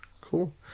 Cool